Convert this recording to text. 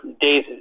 days